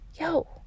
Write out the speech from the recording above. yo